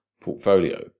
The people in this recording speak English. portfolio